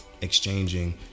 exchanging